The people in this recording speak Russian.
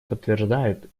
подтверждает